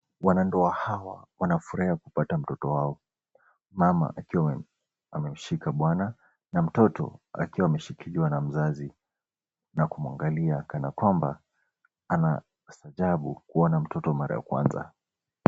Wanandoa hawa wanafurahia kupata mtoto wao, mama akiwa amemshika bwana na mtoto akiwa ameshikiliwa na mzazi, na kumwangilia kana kwamba anastaajabu kuona mtoto mara ya kwanza.